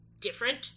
different